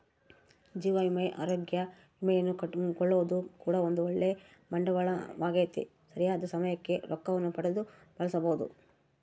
ಜೀವ ವಿಮೆ, ಅರೋಗ್ಯ ವಿಮೆಯನ್ನು ಕೊಳ್ಳೊದು ಕೂಡ ಒಂದು ಓಳ್ಳೆ ಬಂಡವಾಳವಾಗೆತೆ, ಸರಿಯಾದ ಸಮಯಕ್ಕೆ ರೊಕ್ಕವನ್ನು ಪಡೆದು ಬಳಸಬೊದು